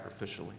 sacrificially